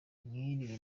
mwiriwe